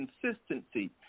consistency